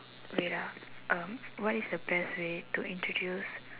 wait ah um what is the best way to introduce